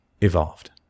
evolved